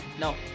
no